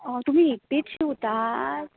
तुमीं एकटींच शिंवता